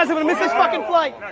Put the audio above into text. um gonna miss this fucking flight.